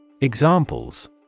examples